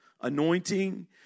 anointing